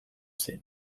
zen